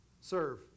serve